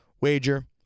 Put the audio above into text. wager